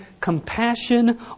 compassion